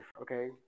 okay